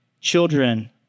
children